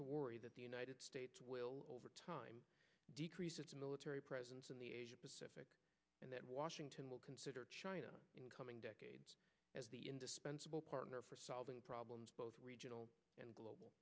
worry that the united states will over time decrease its military presence in the and that washington will consider china in coming decades as the indispensable partner for solving problems both regional and global